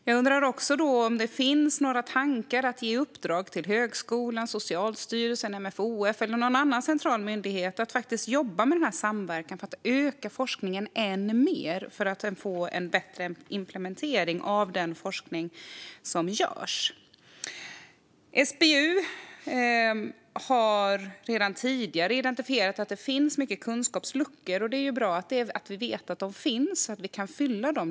Jag undrar också om det finns tankar på att ge högskolan, Socialstyrelsen, MFoF eller någon annan central myndighet i uppdrag att jobba med samverkan för att öka forskningen än mer och få bättre implementering av den forskning som görs. SBU har redan tidigare identifierat att det finns mycket kunskapsluckor. Det är bra att vi vet att de finns så att vi kan fylla dem.